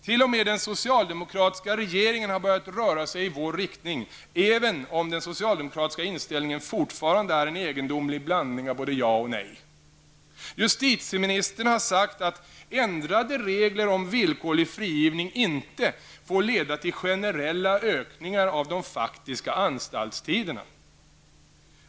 T.o.m. den socialdemokratiska regeringen har börjat röra sig i vår riktning, även om den socialdemokratiska inställningen fortfarande är en egendomlig blandning av både ja och nej. Justitieministern har sagt att ändrade regler om villkorlig frigivning inte få leda till generella ökningar av de faktiska anstaltstiderna.